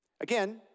Again